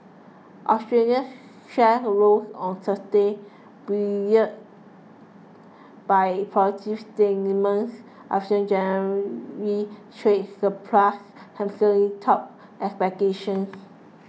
Australians shares a rose on Thursday buoyed by positive sentiments after January's trade surplus handsomely topped expectations